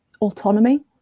autonomy